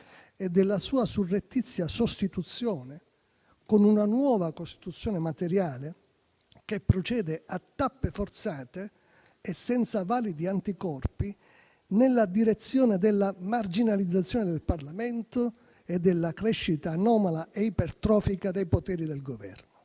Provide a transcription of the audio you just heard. e della sua surrettizia sostituzione con una nuova Costituzione materiale, che procede a tappe forzate e senza validi anticorpi nella direzione della marginalizzazione del Parlamento e della crescita anomala e ipertrofica dei poteri del Governo.